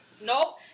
nope